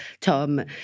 Tom